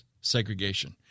segregation